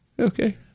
Okay